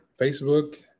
Facebook